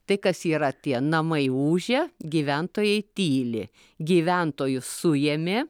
tai kas yra tie namai ūžia gyventojai tyli gyventojus suėmė